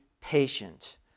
patient